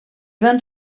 van